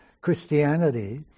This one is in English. Christianity